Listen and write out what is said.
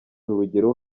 urugero